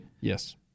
Yes